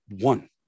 one